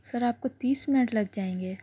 سر آپ کو تیس منٹ لگ جائیں گے